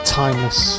timeless